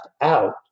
out